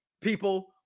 people